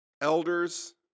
elders